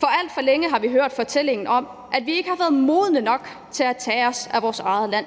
For alt for længe har vi hørt fortællingen om, at vi ikke har været modne nok til at tage os af vores eget land,